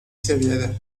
seviyede